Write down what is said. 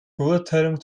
verurteilung